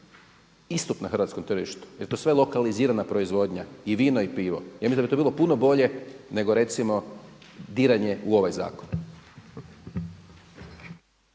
istup na hrvatskom tržištu. Jer to je sve lokalizirana proizvodnja, i vino i pivo. Ja mislim da bi to bilo puno bolje nego recimo diranje u ovaj zakona.